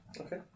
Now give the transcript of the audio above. Okay